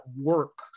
work